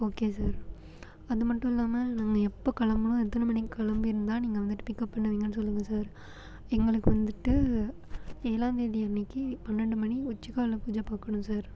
okay sir அது மட்டும் இல்லாமல் நாங்கள் எப்போது கிளம்பணும் எத்தனை மணிக்கு கிளம்பி இருந்தால் நீங்கள் வந்துட்டு பிக்கப் பண்ணுவீங்கன்னு சொல்லுங்கள் சார் எங்களுக்கு வந்துட்டு ஏழாந்தேதி அன்னிக்கி பன்னெண்டு மணி உச்சிக்கால பூஜை பார்க்கணும் சார்